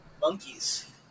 monkeys